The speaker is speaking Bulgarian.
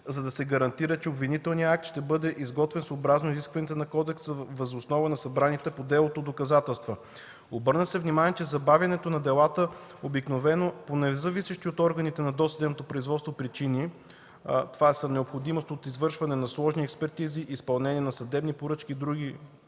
за да се гарантира, че обвинителният акт ще бъде изготвен съобразно изискванията на кодекса въз основа на събраните по делото доказателства. Обърна се внимание, че забавянето на делата обикновено е по независещи от органите на досъдебното производство причини (необходимост от извършване на сложни експертизи, изпълнение на съдебни поръчки от други